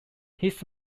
his